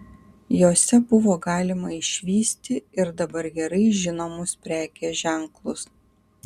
jose buvo galima išvysti ir dabar gerai žinomus prekės ženklus